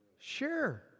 Sure